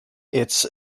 its